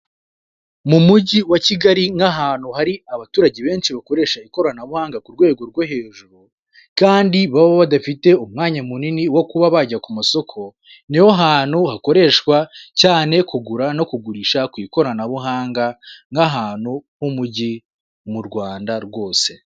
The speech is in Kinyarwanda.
Mu mujyi wa Kigali nk'ahantu hari abaturage benshi bakoresha ikoranabuhanga ku rwego rwo hejuru kandi baba badafite umwanya munini wo kuba bajya ku masoko, niho hantu hakoreshwa cyane kugura no kugurisha ku ikoranabuhanga nk'ahantu h'umujyi mu Rwanda rwose.